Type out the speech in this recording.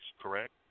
correct